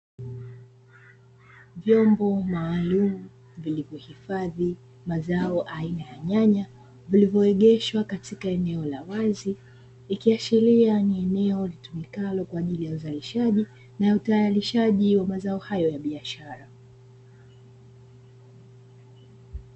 Vyombo maalumu vilivyohifadhi mazao aina ya nyanya, vilivyoegeshwa katika eneo la wazi, ikiashiria ni eneo litumikalo kwa ajili ya uzalishaji na utayarishaji wa mazao hayo ya biashara.